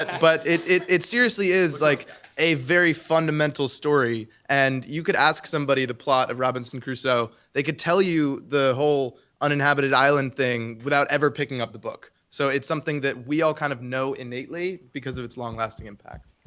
but it it seriously is like a very fundamental story. and you could ask somebody the plot of robinson crusoe, they could tell you the whole uninhabited island thing without ever picking up the book. so it's something that we all kind of know innately because of its long lasting impact.